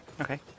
Okay